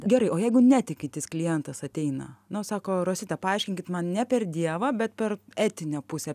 gerai o jeigu netikintis klientas ateina nu sako rosita paaiškinkit man ne per dievą bet per etinę pusę